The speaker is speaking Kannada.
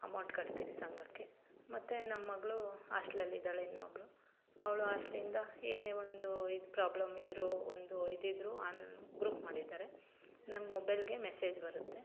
ಅಮೌಂಟ್ ಕಟ್ತೀರಿ ಸಂಘಕ್ಕೆ ಮತ್ತು ನಮ್ಮ ಮಗಳು ಆಶ್ಟ್ಲಲ್ಲಿದ್ದಾಳೆ ಇನ್ನೊಬ್ಬಳು ಅವಳು ಆಶ್ಟ್ಲಿಂದ ಏನೇ ಒಂದು ಇದು ಪ್ರಾಬ್ಲಮಿದ್ರೂ ಒಂದು ಇದಿದ್ರೂ ಆನ್ ಗ್ರೂಪ್ ಮಾಡಿದ್ದಾರೆ ನನ್ನ ಮೊಬೈಲ್ಗೆ ಮೆಸೇಜ್ ಬರುತ್ತೆ